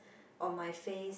on my face